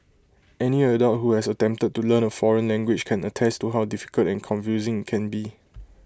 any adult who has attempted to learn A foreign language can attest to how difficult and confusing IT can be